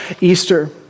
Easter